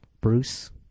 Bruce